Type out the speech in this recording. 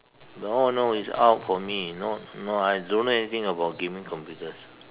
no no it's out for me no no I don't know anything about gaming computers